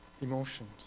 emotions